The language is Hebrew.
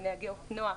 לנהגי אופנוע,